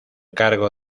cargo